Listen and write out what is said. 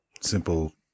simple